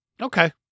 Okay